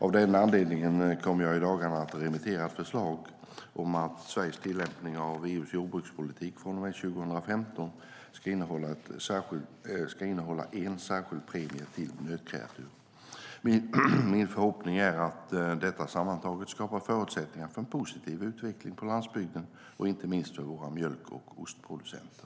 Av den anledningen kommer jag i dagarna att remittera ett förslag om att Sveriges tillämpning av EU:s jordbrukspolitik från och med 2015 ska innehålla en särskild premie till nötkreatur. Min förhoppning är att detta sammantaget skapar förutsättningar för en positiv utveckling på landsbygden och inte minst för våra mjölk och ostproducenter.